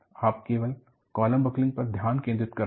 आप केवल column buckling पर ध्यान केंद्रित कर रहे हैं